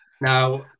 Now